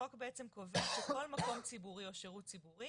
החוק בעצם קובע שכל מקום ציבורי או שירות ציבורי